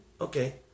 okay